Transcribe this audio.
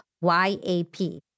Y-A-P